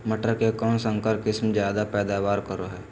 मटर के कौन संकर किस्म जायदा पैदावार करो है?